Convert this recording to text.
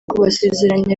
kubasezeranya